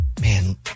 man